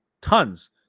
tons